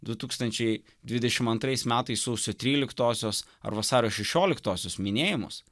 du tūkstančiai dvidešim antrais metais sausio tryliktosios ar vasario šešioliktosios minėjimus